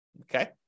Okay